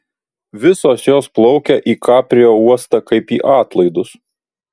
visos jos plaukia į kaprio uostą kaip į atlaidus